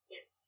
Yes